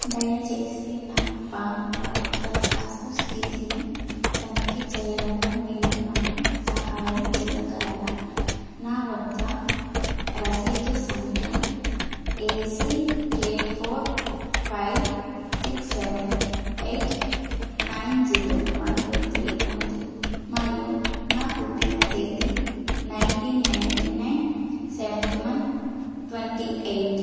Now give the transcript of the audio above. దయచేసి నా PAN card దరఖాస్తు స్థితిని తనిఖీ చెయ్యడంలో మీరు నాకు సహాయం చెయ్యగలరా నా వద్ద రసీదు సంఖ్య ACK four five six seven eight nine zero one two three ఉంది మరియు నా పుట్టిన తేదీ nineteen ninety nine seventh month twenty eight